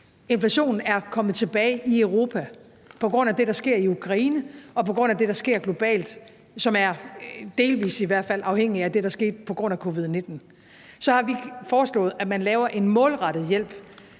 Inflationen er kommet tilbage i Europa på grund af det, der sker i Ukraine, og på grund af det, der sker globalt, som er, i hvert fald delvis, afhængigt af det, der skete på grund af covid-19. Så har vi foreslået, at man laver en målrettet hjælp,